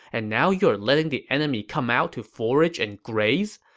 and now you're letting the enemy come out to forage and graze.